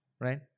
Right